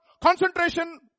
concentration